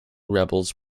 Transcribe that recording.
rebels